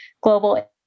Global